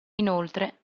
inoltre